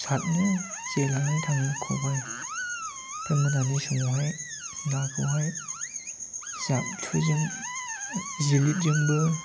सारनो जे लानानै थाङो खबाइफोर मोनानि समावहाय नाखौहाय जाबथुजों जिलिदजोंबो